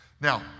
Now